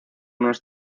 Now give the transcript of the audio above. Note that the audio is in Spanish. unos